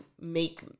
make